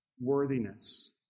worthiness